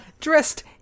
dressed